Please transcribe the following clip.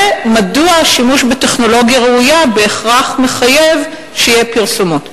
ומדוע השימוש בטכנולוגיה ראויה בהכרח מחייב שיהיו פרסומות?